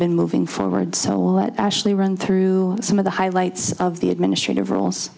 been moving forward so what actually run through some of the highlights of the administrative rules